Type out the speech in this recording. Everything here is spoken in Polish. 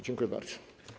Dziękuję bardzo.